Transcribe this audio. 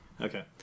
Okay